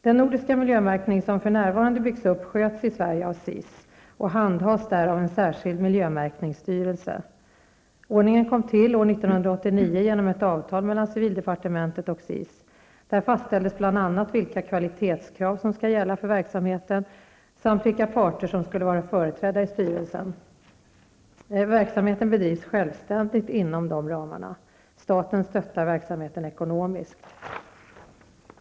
Den nordiska miljömärkning som för närvarande byggs upp sköts i Sverige av SIS och handhas där av en särskild miljömärkningsstyrelse. Ordningen kom till år 1989 genom ett avtal mellan civildepartementet och SIS. Där fastställdes bl.a. vilka kvalitetskrav som skall gälla för verksamheten samt vilka parter som skulle vara företrädda i styrelsen. Verksamheten bedrivs självständigt inom dessa ramar. Staten stöttar verksamheten ekonomiskt.